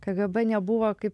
kgb nebuvo kaip